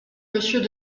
monsieur